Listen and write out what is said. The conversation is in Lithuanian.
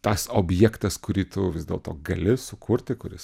tas objektas kurį tu vis dėlto gali sukurti kuris